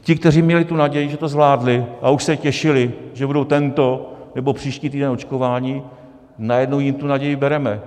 Ti, kteří měli tu naději, že to zvládli a už se těšili, že budou tento nebo příští týden očkováni, najednou jim tu naději bereme.